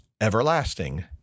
everlasting